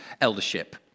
eldership